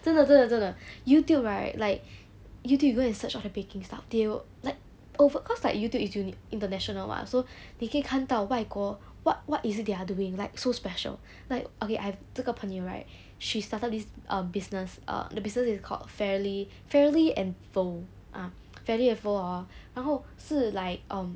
真的真的真的 youtube right like youtube you go and search all the baking stuff they will like over cause like youtube unique international mah so 你可以看到外国 what what is it they are doing like so special like okay I have 这个朋友 right she started this um business err the business is called fairly fairly and foe ah fairly and foe hor 然后是 like um